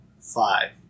five